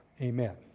Amen